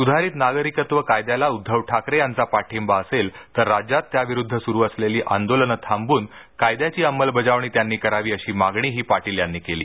सुधारित नागरिकत्व कायद्याला उद्धव ठाकरे यांचा पाठिंबा असेल तर राज्यात त्याविरुद्ध सुरु असलेली आंदोलनं थांबवून कायद्याची अंमलबजावणी त्यांनी करावी अशी मागणीही पाटील यांनी केली